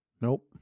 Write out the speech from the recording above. nope